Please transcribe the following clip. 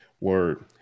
Word